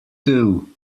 two